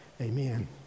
Amen